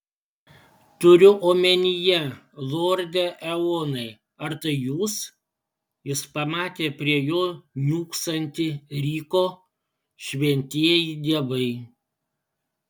turiu omenyje lorde eonai ar tai jūs jis pamatė prie jo niūksantį ryko šventieji dievai